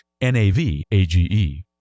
N-A-V-A-G-E